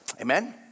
Amen